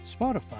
Spotify